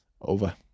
over